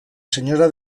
señora